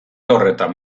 horretan